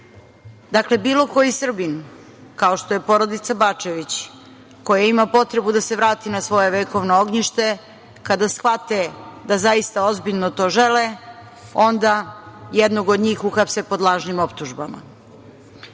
bilo koji Srbin, kao što je porodica Bačević, koja ima potrebu da se vrati na svoje vekovno ognjište, kada shvate da zaista ozbiljno to žele onda jednog od njih uhapse pod lažnim optužbama. Ja